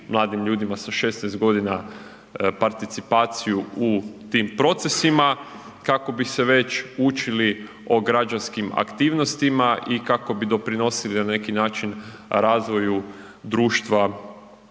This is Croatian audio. mladim ljudima sa 16.g. participaciju u tim procesima, kako bi se već učili o građanskim aktivnostima i kako bi doprinosili na neki način razvoju društva